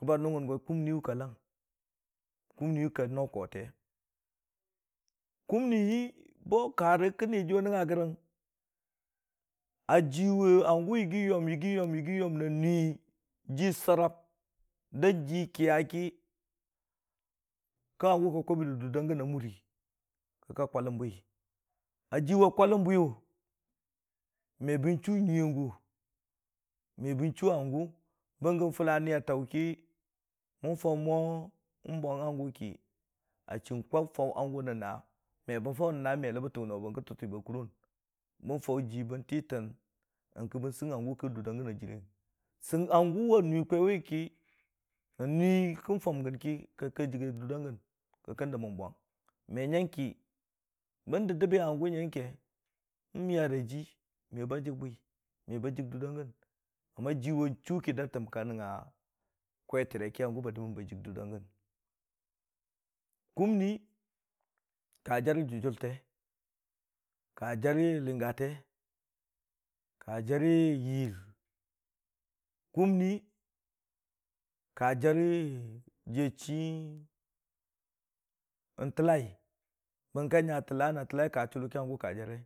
go kumni ba ləng, kumni kə no koote kumni hi bo kərə kə niiyəkiiyu ə nangngə gərəng ə jiwi həngu yigi yom yigi yom na nui ji sərəb də ji jiiyə ki kə həngu kə kwəbi rə dur də gən ə muri kə kə kwələm bwi. ə jiwu kwələm bwiyu me ban duu nyun, yəng gu, me ban duu həngu bana gə fulə nii ə tək ki mən fəu mo n'brng həngu ki, ə chii kəg nifəu naə me ləbatəwi no barki tuba ba kurong ban fəu ji ban titən nyəng kə ban fəu həngu nyəng ki dur də gən ba jirrəu səg həngu ə nui kwiwi ləi ə nui kən fungəngki kə kə jəggi durdə gən kə məni bung me nyəng ki ban dədəbi həngu nyəng ki məm muyərə jii me ba jəg bwi me ba jəg durdə gən ə kiwi chuu ki də təm kə nangngə kwitərəi ki həngu ba dəmən ba jəg durdə gən kumni kə jərə dujulte kə jərə ləngəte, kə jərə yiir, kumni kə jərə jiyə chii n'tələi nanyə tələi kə chəluki kə jərə.